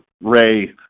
Ray